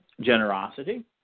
Generosity